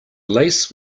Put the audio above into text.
lace